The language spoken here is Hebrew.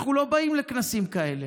אנחנו לא באים לכנסים כאלה.